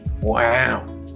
Wow